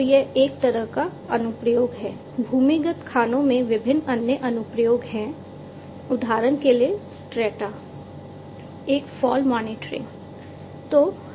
तो यह एक तरह का अनुप्रयोग है भूमिगत खानों में विभिन्न अन्य अनुप्रयोग हैं उदाहरण के लिए स्ट्रैटा एक फॉल मॉनिटरिंग